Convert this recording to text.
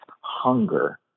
hunger